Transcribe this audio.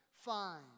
fine